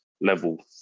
level